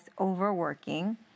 overworking